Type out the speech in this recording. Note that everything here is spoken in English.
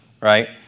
right